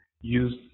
use